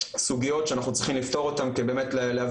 סוגיות שאנחנו צריכים לפתור אותם כדי להביא